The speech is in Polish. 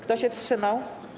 Kto się wstrzymał?